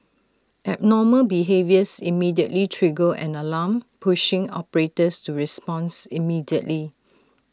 abnormal behaviours immediately trigger an alarm pushing operators to responds immediately